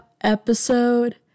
episode